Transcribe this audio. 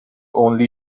only